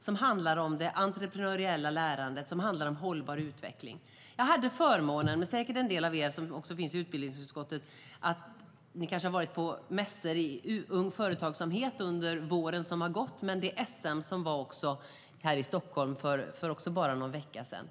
Den handlar om det entreprenöriella lärandet och om hållbar utveckling. Det är säkert en del av er andra i utbildningsutskottet som liksom jag har haft förmånen att vara på mässor om ung företagsamhet under våren och även på det SM som var i Stockholm för någon vecka sedan.